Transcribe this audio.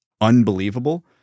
unbelievable